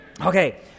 Okay